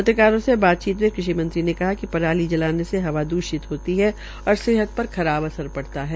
पत्रकारों से बातचीत में क़षि ने कहा कि पराली जलाने से हवा दूषित होती है और सेहत पर खराब असर पड़ता है